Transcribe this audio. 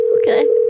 Okay